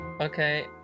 Okay